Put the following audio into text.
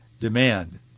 demand